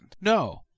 No